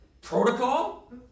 Protocol